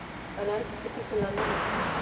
अनारकें खेति सलाना होइ छइ